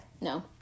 No